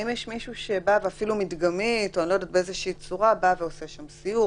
לכן עולה השאלה האם יש מישהו שבא ועושה שם סיור,